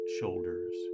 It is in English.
shoulders